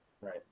Right